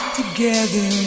together